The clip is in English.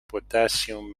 potassium